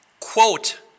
Quote